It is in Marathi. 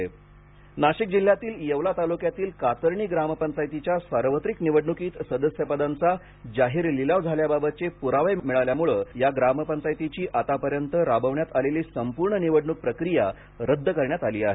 नाशिक निवडणूक रद्द नाशिक जिल्ह्यातील येवला तालुक्यातील कातरणी ग्रामपंचायतीच्या सार्वत्रिक निवडणुकीत सदस्यपदांचा जाहीर लिलाव झाल्याबाबतचे प्रावे मिळाल्यामुळे या ग्रामपंचायतीची आतापर्यंत राबवण्यात आलेली संपूर्ण निवडणूक प्रक्रिया रद्द करण्यात आली आहे